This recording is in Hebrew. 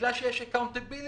בגלל שיש accountability,